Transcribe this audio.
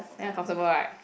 very uncomfortable right